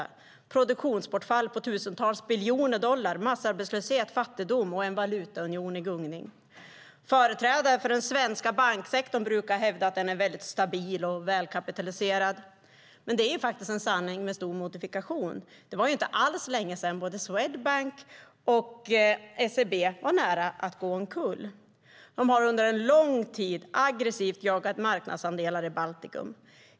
Det rör sig om produktionsbortfall på tusentals biljoner dollar, massarbetslöshet, fattigdom och en valutaunion i gungning. Företrädare för den svenska banksektorn brukar hävda att den är väldigt stabil och välkapitaliserad, men det är en sanning med stor modifikation. Det var inte alls länge sedan både Swedbank och SEB var nära att gå omkull efter att under lång tid aggressivt ha jagat marknadsandelar i Baltikum.